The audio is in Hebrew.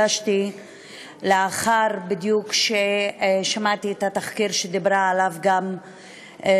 הגשתי בדיוק לאחר ששמעתי את התחקיר שדיברה עליו ידידתי